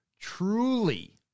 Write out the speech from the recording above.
truly